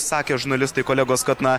sakė žurnalistai kolegos kad na